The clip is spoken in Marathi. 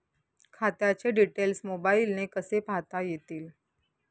खात्याचे डिटेल्स मोबाईलने कसे पाहता येतील?